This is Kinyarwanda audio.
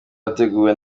wateguwe